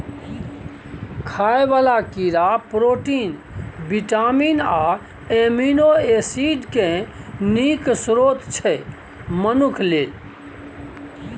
खाइ बला कीड़ा प्रोटीन, बिटामिन आ एमिनो एसिड केँ नीक स्रोत छै मनुख लेल